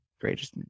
greatest